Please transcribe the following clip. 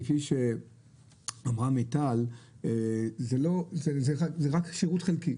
כפי שאמרה מיטל, זה רק שירות חלקי.